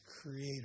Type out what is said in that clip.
creator